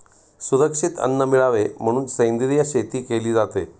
सुरक्षित अन्न मिळावे म्हणून सेंद्रिय शेती केली जाते